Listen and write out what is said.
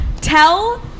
Tell